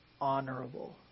honorable